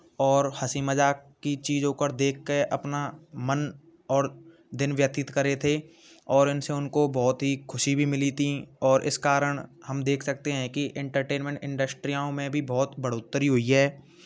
और हंसी मज़ाक की चीज़ों को देख के अपना मन और दिन व्यतीत कर रहे थे और इनसे उनको बहुत ही खुशी भी मिली थी और इस कारण हम देख सकते हैं कि इंटरटेनमेंट इंडस्ट्रियों में भी बहुत बढ़ोतरी हुई है